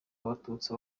abatutsi